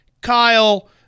Kyle